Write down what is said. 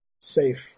safe